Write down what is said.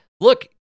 Look